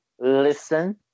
Listen